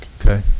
okay